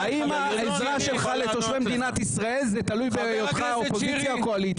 האם העזרה שלך לתושבי מדינת ישראל תלויה בהיותך אופוזיציה או קואליציה?